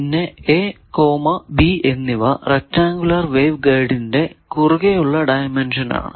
പിന്നെ a b എന്നിവ rectangular wave ഗൈഡിന്റെ കുറുകെ ഉള്ള ഡയമെൻഷൻ ആണ്